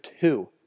two